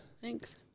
Thanks